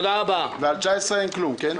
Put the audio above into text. ועל 2019 אין כלום, כן?